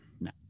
No